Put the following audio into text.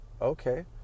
okay